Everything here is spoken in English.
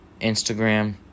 Instagram